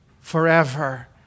forever